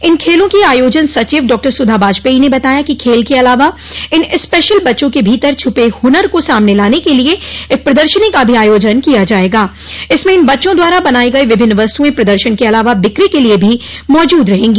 इन खेलों की आयोजन सचिव डॉक्टर सुधा वाजपेयी ने बताया कि खेल के अलावा इन स्पेशल बच्चों के भीतर छिपे हुनर को सामने लाने के लिए एक प्रदर्शनी का भी आयोजन किया जायेगा इसमें इन बच्चों द्वारा बनाई गई विभिन्न वस्तुएं प्रदर्शन के अलावा बिकी के लिए भी मौजूद रहेंगी